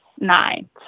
nine